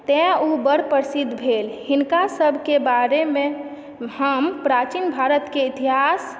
तैं ओ बड़ प्रसिद्ध भेल हिनका सभकेँ बारेमे हम प्राचीन भारतके इतिहास